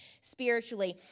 spiritually